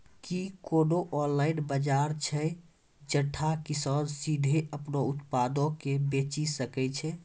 कि कोनो ऑनलाइन बजार छै जैठां किसान सीधे अपनो उत्पादो के बेची सकै छै?